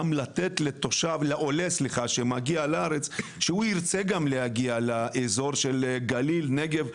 לגרום לעולה שמגיע לארץ לרצות להגיע לגליל ולנגב.